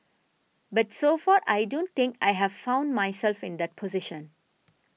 but so far I don't think I have found myself in that position